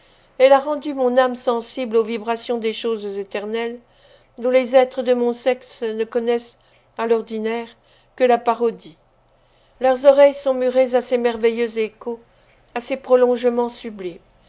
elle a rendu mon âme sensible aux vibrations des choses éternelles dont les êtres de mon sexe ne connaissent à l'ordinaire que la parodie leurs oreilles sont murées à ces merveilleux échos à ces prolongements sublimes